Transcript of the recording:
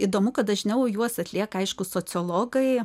įdomu kad dažniau juos atlieka aišku sociologai